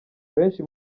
benshi